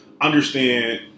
understand